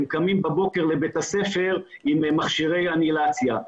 שהם קמים בבוקר לבית הספר עם מכשירי אינהלציה.